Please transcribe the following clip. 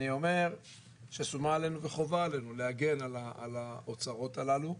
אני אומר שחובה עלינו להגן על האוצרות הללו,